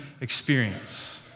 experience